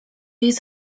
jest